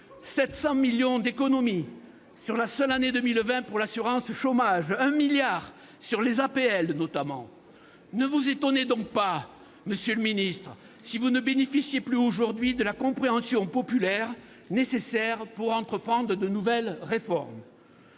700 millions d'euros d'économies sur la seule année 2020 pour l'assurance chômage, 1 milliard d'euros sur les APL notamment. Ne vous étonnez donc pas, monsieur le secrétaire d'État, si vous ne bénéficiez plus aujourd'hui de la compréhension populaire suffisante pour entreprendre de nouvelles réformes.